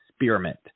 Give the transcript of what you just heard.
experiment